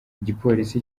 igipolisi